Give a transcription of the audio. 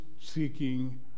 seeking